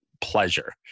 pleasure